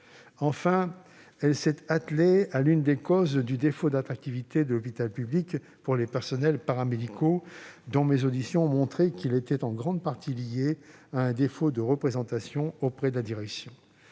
Enfin, elle s'est attelée à traiter l'une des causes du défaut d'attractivité de l'hôpital public pour les personnels paramédicaux. Mes auditions ont montré qu'il est en grande partie lié à un défaut de représentation auprès de la direction.